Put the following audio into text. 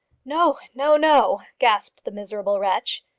no, no, no, gasped the miserable wretch.